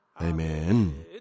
Amen